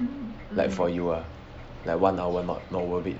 like for you ah like one hour not not worth it